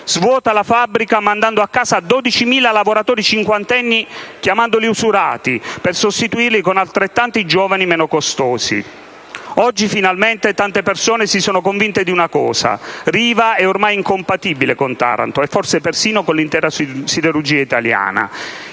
svuota la fabbrica mandando a casa 12.000 lavoratori cinquantenni chiamandoli usurati, per sostituirli con altrettanti giovani meno costosi. Oggi, finalmente, tante persone si sono convinte di una cosa: Riva è ormai incompatibile con Taranto, e forse persino con l'intera siderurgia italiana.